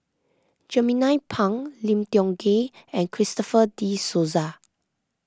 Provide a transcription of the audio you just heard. Jernnine Pang Lim Tiong Ghee and Christopher De Souza